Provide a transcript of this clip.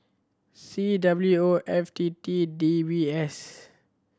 C W O F T T D B S